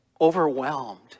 overwhelmed